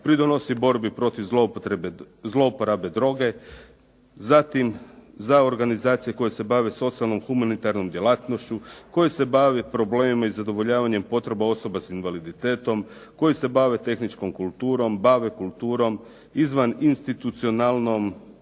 pridonosi borbi protiv zlouporabe droge, zatim za organizacije koje se bave socijalnom humanitarnom djelatnošću, koje se bave problemima i zadovoljavanja potreba osoba s invaliditetom, koje se bave tehničkom kulturom, bave kulturom, izvaninstitucionalnom